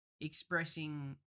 expressing